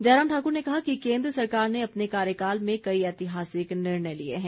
जयराम ठाकुर ने कहा कि केन्द्र सरकार ने अपने कार्यकाल में कई ऐतिहासिक निर्णय लिए हैं